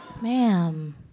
Ma'am